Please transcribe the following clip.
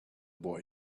boy